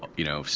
you know,